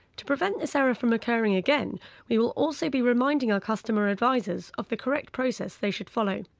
to prevent this error from occurring again we will also be reminding our customer advisors of the correct process they should follow.